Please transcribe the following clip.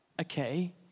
okay